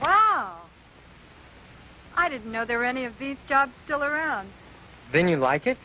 i didn't know there were any of these jobs still around then you like it